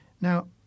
Now